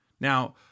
Now